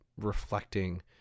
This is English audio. reflecting